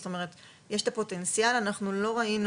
זאת אומרת יש את הפוטנציאל אבל אנחנו לא ראינו